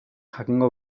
jakingo